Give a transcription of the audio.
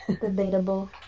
Debatable